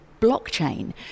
blockchain